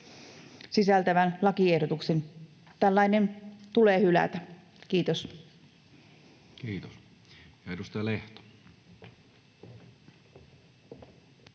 sisältyvän lakiehdotuksen. Tällainen tulee hylätä. — Kiitos. [Speech